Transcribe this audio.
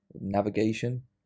navigation